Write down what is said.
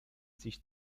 sich